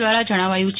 દ્વારા જણાવાયું છે